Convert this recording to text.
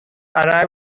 arrive